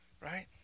Right